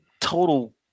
total